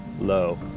low